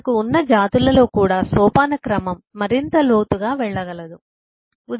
మనకు ఉన్న జాతులలో కూడా సోపానక్రమం మరింత లోతుగా వెళ్ళగలదు